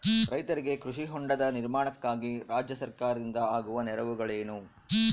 ರೈತರಿಗೆ ಕೃಷಿ ಹೊಂಡದ ನಿರ್ಮಾಣಕ್ಕಾಗಿ ರಾಜ್ಯ ಸರ್ಕಾರದಿಂದ ಆಗುವ ನೆರವುಗಳೇನು?